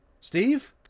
Steve